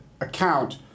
account